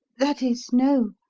that is no.